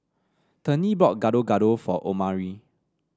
Tennie bought Gado Gado for Omari